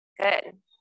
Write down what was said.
Good